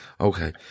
Okay